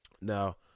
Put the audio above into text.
Now